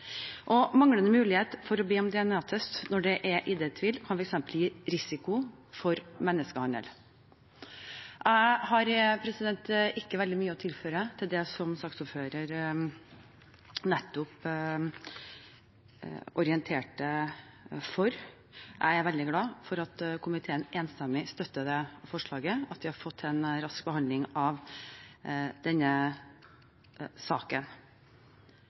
Manglende mulighet til å be om DNA-test når det er ID-tvil, kan f.eks. gi risiko for menneskehandel. Jeg har ikke veldig mye å tilføre til det som saksordføreren nettopp orienterte om. Jeg er veldig glad for at komiteen enstemmig støtter forslaget, og for at vi har fått til en rask behandling av denne saken.